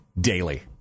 daily